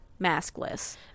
maskless